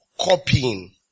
copying